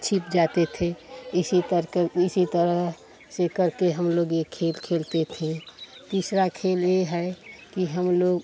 छिप जाते थे इसी करकर इसी तरह से करके हम लोग यह खेल खेलते थे तीसरा खेल यह है कि हम लोग